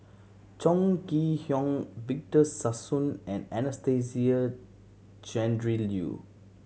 Chong Kee Hiong Victor Sassoon and Anastasia Tjendri Liew